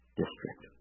district